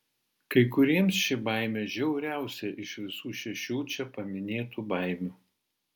kai kuriems ši baimė žiauriausia iš visų šešių čia paminėtų baimių